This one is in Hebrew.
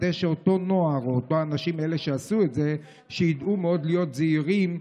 כדי שאותו נוער או האנשים שעשו את זה ידעו להיות זהירים,